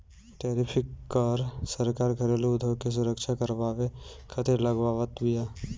tariff कर सरकार घरेलू उद्योग के सुरक्षा करवावे खातिर लगावत बिया